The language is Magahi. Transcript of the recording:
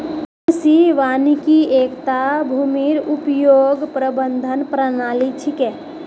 कृषि वानिकी एकता भूमिर उपयोग प्रबंधन प्रणाली छिके